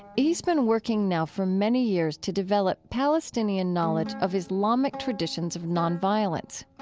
he's been working now for many years to develop palestinian knowledge of islamic traditions of nonviolence.